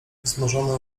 wzmożone